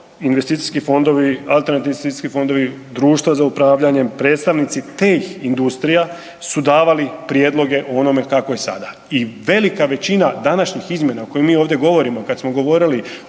investicijski fondovi, alternativni investicijski fondovi, društva za upravljanje, predstavnici teh industrija su davali prijedloge onome kako je sada. I velika većina današnjih izmjena o kojim mi ovdje govorimo kad smo govorili